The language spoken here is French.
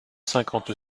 cinquante